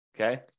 okay